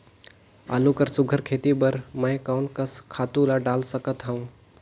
आलू कर सुघ्घर खेती बर मैं कोन कस खातु ला डाल सकत हाव?